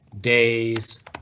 days